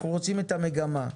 אנחנו רוצים את המגמה.